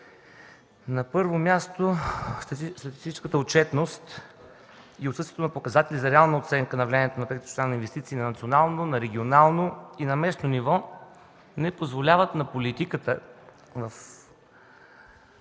На първо място, след всичката отчетност и отсъствието на показатели за реална оценка на влиянието на тези преки чуждестранни инвестиции на национално, регионално и на местно ниво не позволяват на политиката в